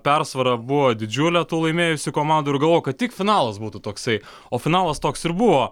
persvara buvo didžiulė laimėjusi komanda ir galvojau kad tik finalas būtų toksai o finalas toks ir buvo